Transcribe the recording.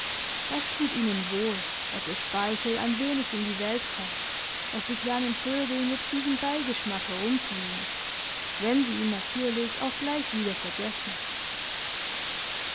das tut ihnen wohl daß ihr speichel ein wenig in die welt kommt daß die kleinen vögel mit diesem beigeschmack herumfliegen wenn sie ihn natürlich auch gleich wieder vergessen